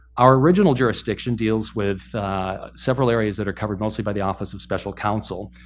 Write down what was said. our original jurisdiction deals with several areas that are covered mostly by the office of special counsel.